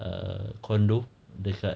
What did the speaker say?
a condo dekat